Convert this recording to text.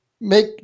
make